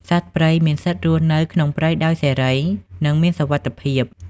សត្វព្រៃមានសិទ្ធិរស់នៅក្នុងព្រៃដោយសេរី និងមានសុវត្ថិភាព។